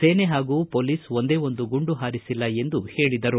ಸೇನೆ ಹಾಗೂ ಪೊಲೀಸ್ ಒಂದೇ ಒಂದು ಗುಂಡು ಹಾರಿಸಿಲ್ಲ ಎಂದು ಹೇಳಿದರು